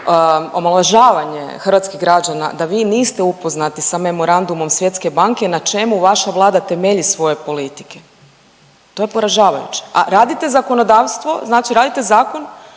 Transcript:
omalovažavanje hrvatskih građana da vi niste upoznati sa memorandumom Svjetske banke na čemu vaša Vlada temelji svoje politike. To je poražavajuće, a radite zakonodavstvo, znači radite zakon